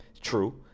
true